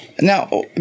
Now